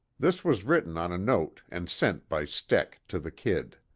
this was written on a note and sent by steck to the kid.